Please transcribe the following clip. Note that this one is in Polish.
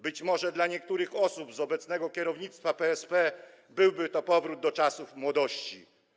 Być może dla niektórych osób z obecnego kierownictwa PSP byłby to powrót do czasów młodości.